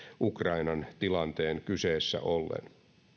ukrainan tilanteen kyseessä ollen